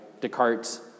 Descartes